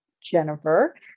Jennifer